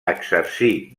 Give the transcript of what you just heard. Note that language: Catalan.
exercí